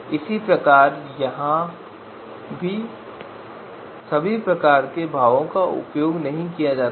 इसी प्रकार यहाँ भी इसी प्रकार के भावों का प्रयोग यहाँ किया गया है